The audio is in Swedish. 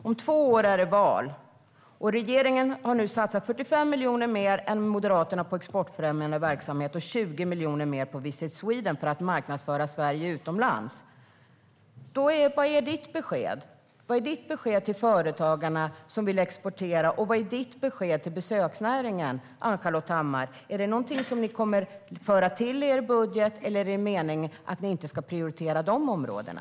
Om två år är det val, och regeringen har nu satsat 45 miljoner mer än Moderaterna på exportfrämjande verksamhet och 20 miljoner mer på Visit Sweden för att marknadsföra Sverige utomlands. Vad är ditt besked till företagarna som vill exportera, Ann-Charlotte Hammar Johnsson, och vad är ditt besked till besöksnäringen? Är det någonting som ni kommer att tillföra er budget, eller är det er mening att ni inte ska prioritera de områdena?